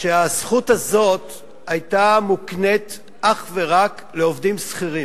שהזכות הזאת היתה מוקנית אך ורק לעובדים שכירים.